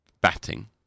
batting